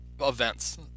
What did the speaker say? events